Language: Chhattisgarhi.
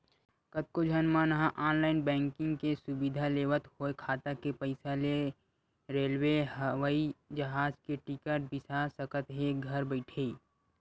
कतको झन मन ह ऑनलाईन बैंकिंग के सुबिधा लेवत होय खाता के पइसा ले रेलवे, हवई जहाज के टिकट बिसा सकत हे घर बइठे